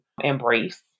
embrace